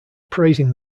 praising